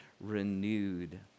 renewed